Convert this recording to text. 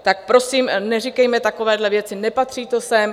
Tak prosím, neříkejme takovéhle věci, nepatří to sem.